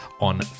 on